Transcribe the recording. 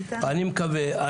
אני מקווה.